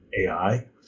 AI